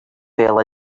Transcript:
fell